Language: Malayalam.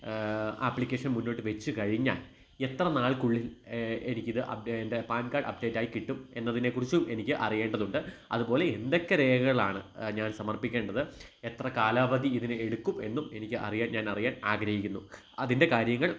ആപ്ലിക്കേഷൻ മുന്നോട്ടു വച്ചുകഴിഞ്ഞാല് എത്ര നാൾക്കുള്ളിൽ എനിക്കിത് അപ്ടെ എൻ്റെ പാൻ കാഡ് അപ്ഡേറ്റായിക്കിട്ടും എന്നതിനെ കുറിച്ചും എനിക്ക് അറിയേണ്ടതുണ്ട് അതുപോലെ എന്തൊക്കെ രേഖകളാണ് ഞാൻ സമർപ്പിക്കേണ്ടത് എത്ര കാലാവധി ഇതിന് എടുക്കും എന്നും എനിക്ക് അറിയാൻ ഞാൻ അറിയാൻ ആഗ്രഹിക്കുന്നു അതിൻ്റെ കാര്യങ്ങൾ